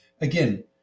Again